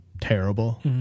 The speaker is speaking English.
terrible